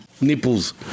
nipples